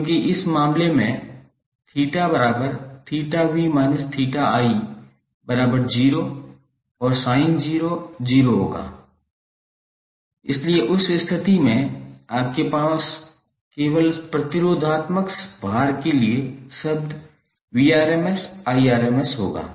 क्योंकि इस मामले में 𝜃𝜃𝑣−𝜃𝑖0 और sin0 0 होगा इसलिए उस स्थिति में आपके पास केवल प्रतिरोधात्मक भार के लिए शब्द Vrms Irms होगा